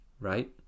right